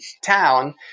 town